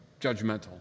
judgmental